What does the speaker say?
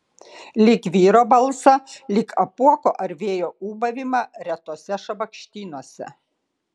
lyg vyro balsą lyg apuoko ar vėjo ūbavimą retuose šabakštynuose